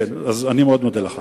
כן, אז אני מאוד מודה לך.